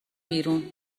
بیرون